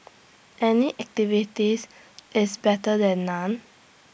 any activities is better than none